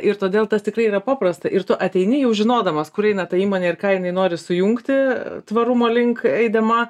ir todėl tas tikrai yra paprasta ir tu ateini jau žinodamas kur eina ta įmonė ir ką jinai nori sujungti tvarumo link eidama